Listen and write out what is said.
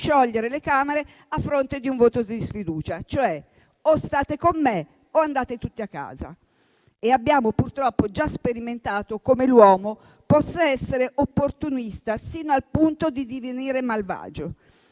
sciogliere le Camere a fronte di un voto di sfiducia, cioè o state con me o andate tutti a casa. Purtroppo abbiamo già sperimentato come l'uomo possa essere opportunista sino al punto di divenire malvagio